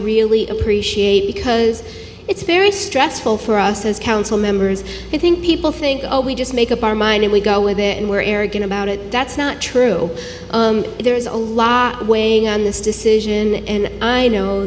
really appreciate because it's very stressful for us as council members i think people think oh we just make up our mind and we go with it and we're arrogant about it that's not true there's a lot weighing on this decision and i know